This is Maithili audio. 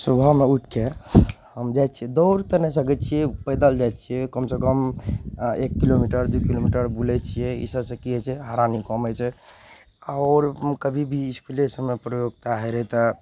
सुबहमे उठिके हम जाइ छियै दौड़ तऽ नहि सकय छियै पैदल जाइ छियै कमसँ कम एक किलोमीटर दू किलोमीटर बुलय छियै ई सबसँ कि होइ छै हरानी कम होइ छै आओर कभी भी इसकूले सबमे प्रतियोगिता होइ रहय तऽ